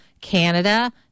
Canada